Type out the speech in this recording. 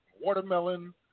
watermelon